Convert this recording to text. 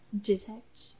Detect